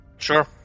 Sure